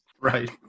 Right